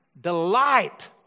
delight